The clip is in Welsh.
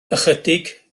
ychydig